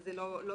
וזה לא תוקן.